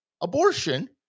abortion